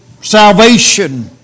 salvation